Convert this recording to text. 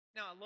Now